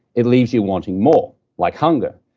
it leaves you wanting more, like hunger.